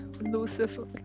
Lucifer